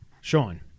Sean